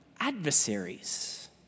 adversaries